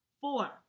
Four